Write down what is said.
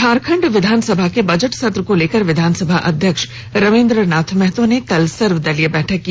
झारखंड विधानसभा के बजट सत्र को लेकर विधानसभा अध्यक्ष रविंद्र नाथ महतो ने कल सर्वदलीय बैठक की